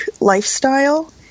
lifestyle